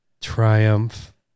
Triumph